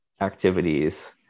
activities